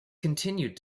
continued